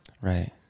Right